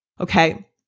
Okay